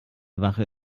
wache